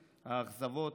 האכזבות,